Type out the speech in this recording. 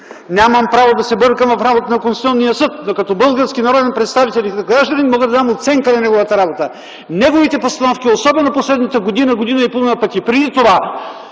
Нямам право да се бъркам в работата на Конституционния съд, но като български народен представител и като гражданин мога да дам оценка на неговата работа. Неговите постановки, особено последната година-година и половина пък и преди това,